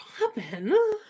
Robin